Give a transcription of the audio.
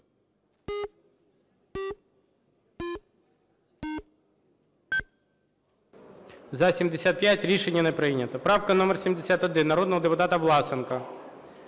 За-75 Рішення не прийнято. Правка номер 71 народного депутата Власенка.